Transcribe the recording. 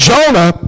Jonah